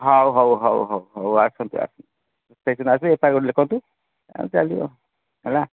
ହଉ ହଉ ହଉ ହଉ ହଉ ଆସନ୍ତୁ ଆସନ୍ତୁ ସେଇଦିନ ଆସିବେ ଏଫ୍ ଆଇ ଆର ଗୋଟେ ଲେଖନ୍ତୁ ଆଉ ଚାଲିବ ହେଲା